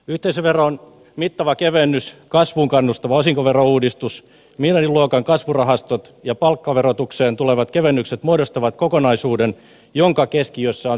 yhteisöveron mittava kevennys kasvuun kannustava osinkoverouudistus miljardiluokan kasvurahastot ja palkkaverotukseen tulevat kevennykset muodostavat kokonaisuuden jonka keskiössä on suomalainen työ